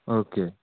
okay